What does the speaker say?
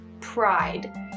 pride